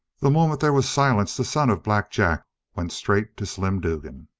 the moment there was silence the son of black jack went straight to slim dugan.